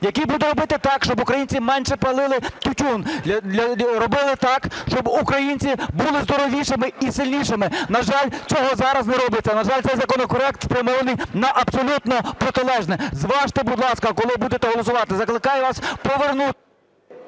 який буде робити так, щоб українці менше палили тютюн, робити так, щоб українці були здоровішими і сильнішими. На жаль, цього зараз не робиться. На жаль, цей законопроект спрямований на абсолютно протилежне. Зважте, будь ласка, коли будете голосувати. Закликаю вас...